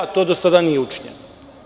To do sada nije učinjeno.